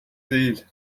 değil